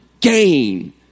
gain